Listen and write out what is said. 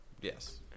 Yes